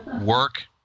Work